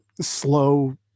slow